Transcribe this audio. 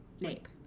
NAPE